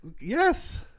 Yes